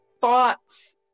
thoughts